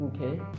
Okay